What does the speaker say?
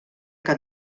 que